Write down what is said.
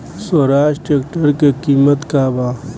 Swaraj tractor के किमत का बा?